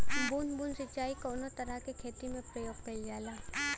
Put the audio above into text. बूंद बूंद सिंचाई कवने तरह के खेती में प्रयोग कइलजाला?